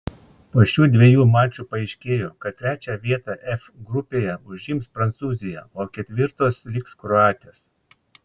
po šių dviejų mačų paaiškėjo kad trečią vietą f grupėje užims prancūzija o ketvirtos liks kroatės